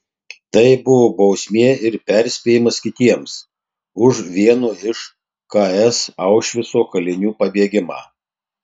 tai buvo bausmė ir perspėjimas kitiems už vieno iš ks aušvico kalinių pabėgimą